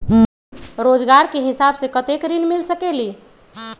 रोजगार के हिसाब से कतेक ऋण मिल सकेलि?